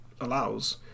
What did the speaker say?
allows